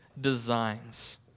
designs